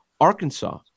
Arkansas